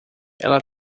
ela